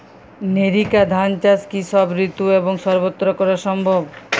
NERICA ধান চাষ কি সব ঋতু এবং সবত্র করা সম্ভব?